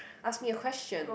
ask me a question